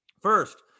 First